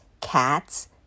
Cat's